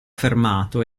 fermato